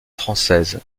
françaises